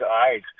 eyes